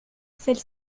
celle